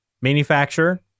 manufacturer